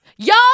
Y'all